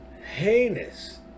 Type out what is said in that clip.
heinous